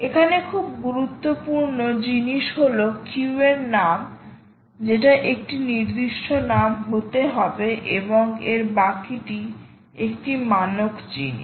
এখানে খুব গুরুত্বপূর্ণ জিনিস হল কিউ এর নাম যেটা একটি নির্দিষ্ট নাম হতে হবে এবং এর বাকি টি একটি মানক জিনিস